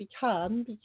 become